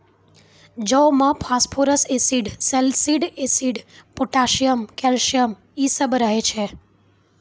जौ मे phosphorus acid, salicylic acid, potassium, calcium इ सभ रहै छै